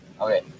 Okay